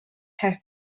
have